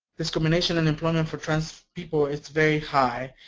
discrimination in employment for trans people is very high,